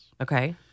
Okay